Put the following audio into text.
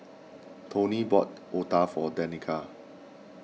Tony bought Otah for Danica